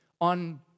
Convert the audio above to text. on